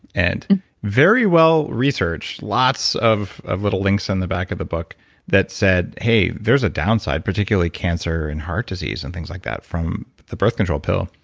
and very well researched, lots of of little links in the back of the book that said, hey, there's a downside. particularly cancer and heart disease and things like that from the birth control pill.